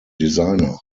designer